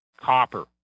copper